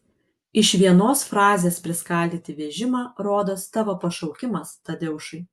iš vienos frazės priskaldyti vežimą rodos tavo pašaukimas tadeušai